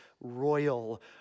royal